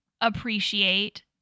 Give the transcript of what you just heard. appreciate